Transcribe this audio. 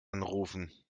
anrufen